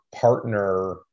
partner